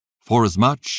Forasmuch